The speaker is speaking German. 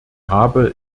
habe